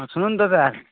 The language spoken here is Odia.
ହଁ ଶୁଣନ୍ତୁ ଦାଦା